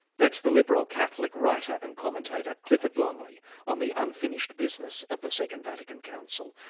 that's the liberal catholic writer and commentator clifford longley on the unfinished business of the second vatican council.